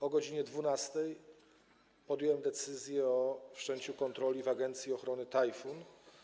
O godz. 12 podjąłem decyzję o wszczęciu kontroli w Agencji Ochrony Tajfun.